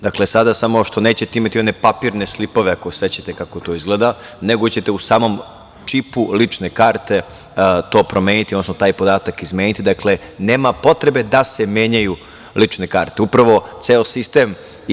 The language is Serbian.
Dakle, sada samo što nećete imati one papirne slipove ako se sećate kako to izgleda, nego ćete u samom čipu lične karte to promeniti odnosno taj podatak izmeniti, dakle, nema potrebe da se menjaju lične karte.